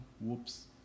Whoops